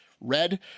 Red